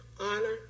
honor